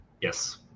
Yes